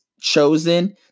chosen